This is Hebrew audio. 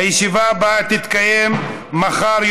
הישיבה הבאה תתקיים מחר,